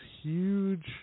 huge